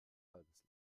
halbes